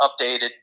updated